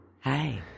Hi